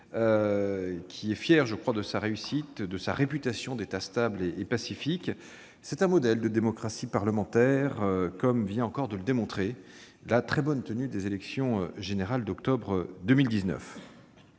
de conflits, fier de sa réussite et de sa réputation d'État stable et pacifique. Ce pays est effectivement un modèle de démocratie parlementaire, comme vient encore de le démontrer la très bonne tenue des élections générales d'octobre 2019.